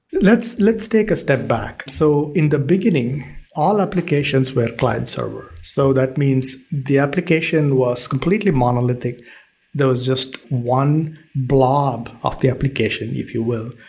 let's let's take a step back. so in the beginning all applications were client server. so, that means the application was completely monolithic there was just one blob of the application, if you will,